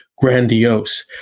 grandiose